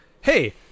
hey